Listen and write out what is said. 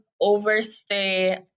overstay